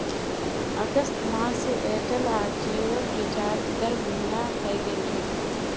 अगस्त माह स एयरटेल आर जिओर रिचार्ज दर महंगा हइ गेल छेक